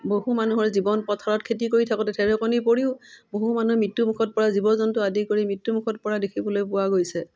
বহু মানুহৰ জীৱন পথাৰত খেতি কৰি থাকোঁতে ঢেৰেকণি পৰিও বহু মানুহে মৃত্যুমুখত পৰা জীৱ জন্তু আদি কৰি মৃত্যুমুখত পৰা দেখিবলৈ পোৱা গৈছে